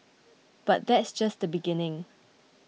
but that's just the beginning